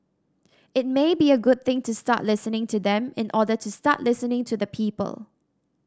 it may be a good thing to start listening to them in order to start listening to the people